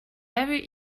very